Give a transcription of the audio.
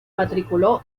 matriculó